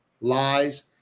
lies